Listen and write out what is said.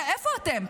איפה אתם?